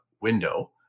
window